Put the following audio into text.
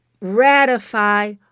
ratify